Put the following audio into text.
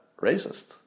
racist